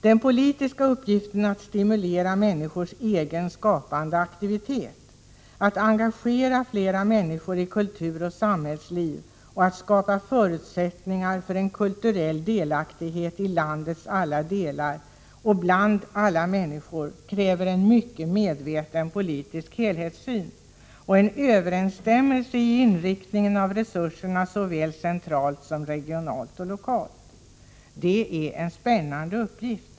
Den politiska uppgiften att stimulera människors egen skapande aktivitet, att engagera flera människor i kulturoch samhällsliv samt att skapa förutsättningar för en kulturell delaktighet i landets alla delar och bland alla människor, kräver en mycket medveten politisk helhetssyn. Det kräver också en överensstämmelse i inriktningen av resurserna såväl centralt som regionalt och lokalt. Det är en spännande uppgift.